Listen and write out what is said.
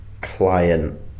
client